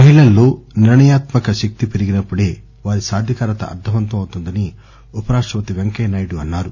మహిళల్లో నిర్ణయాత్మక శక్తి పెరిగినప్పుడే వారి సాధికారత అర్దవంతం అవుతుందని ఉపరాష్టపతి పెంకయ్యనాయుడు అన్నారు